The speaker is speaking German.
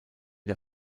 der